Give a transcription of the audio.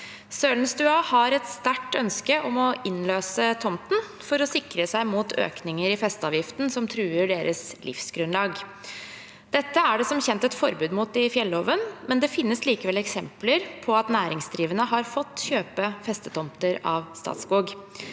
Sølenstua har et sterkt ønske om å innløse tomten, for å sikre seg mot økninger i festeavgiften som truer deres livsgrunnlag. Dette er det som kjent et forbud mot i fjelloven, men det finnes likevel eksempler på at næringsdrivende har fått kjøpe festetomter av Statskog.